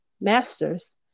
master's